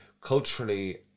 culturally